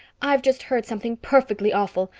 i've just heard something perfectly awful.